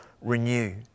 renew